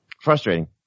Frustrating